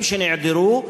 הם שנעדרו,